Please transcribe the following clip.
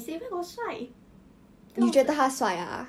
no I don't think she's very pretty